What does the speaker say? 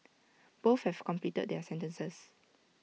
both have completed their sentences